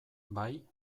bai